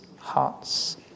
hearts